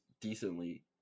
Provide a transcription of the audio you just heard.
decently